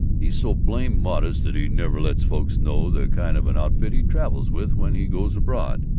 he's so blame modest that he never lets folks know the kind of an outfit he travels with when he goes abroad.